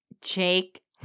Jake